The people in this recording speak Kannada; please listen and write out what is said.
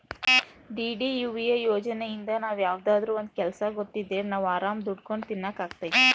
ಡಿ.ಡಿ.ಯು.ಎ ಯೋಜನೆಇಂದ ನಾವ್ ಯಾವ್ದಾದ್ರೂ ಒಂದ್ ಕೆಲ್ಸ ಗೊತ್ತಿದ್ರೆ ನಾವ್ ಆರಾಮ್ ದುಡ್ಕೊಂಡು ತಿನಕ್ ಅಗ್ತೈತಿ